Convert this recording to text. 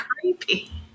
creepy